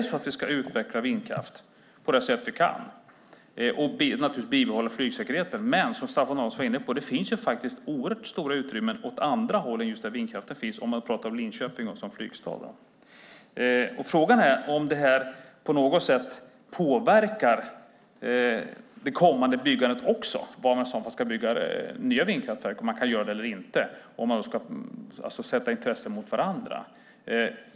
Ska vi utveckla vindkraften på det sätt som vi kan och naturligtvis bibehålla flygsäkerheten? Men, som Staffan Danielsson var inne på, finns det faktiskt oerhört stora utrymmen åt andra håll än just där vindkraften finns, om man talar om Linköping som flygstad. Frågan är om detta på något sätt påverkar det kommande byggandet också och var man i så fall ska bygga nya vindkraftverk, om man kan göra det eller inte, och om man ska sätta intressen mot varandra.